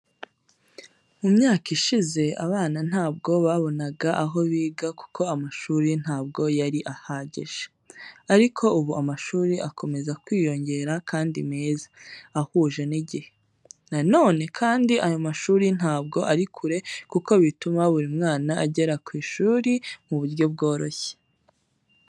Mu myaka ishize, abana ntabwo babonaga aho biga kuko amashuri ntabwo yari ahagije. Ariko ubu amashuri akomeza kwiyongera kandi meza, ahuje n'igihe. Na none kandi ayo mashuri ntabwo ari kure kuko bituma buri mwana agera ku ishuri mu buryo bworoshye.